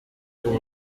ubu